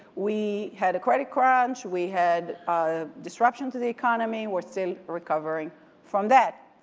we had a credit crunch, we had disruption to the economy, we're still recovering from that.